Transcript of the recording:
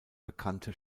bekannte